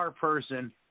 person